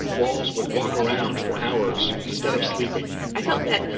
walls would walk around for hours instead of sleeping i felt that,